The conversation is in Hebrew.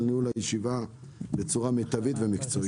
תודה לך על ניהול הישיבה בצורה מיטבית ומקצועית.